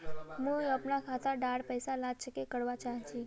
मुई अपना खाता डार पैसा ला चेक करवा चाहची?